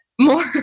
more